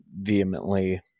vehemently